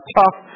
tough